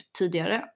tidigare